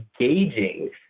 engaging